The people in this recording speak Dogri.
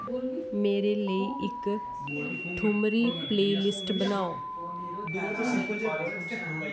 मेरे लेई इक ठुमरी प्लेलिस्ट बनाओ